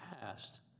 past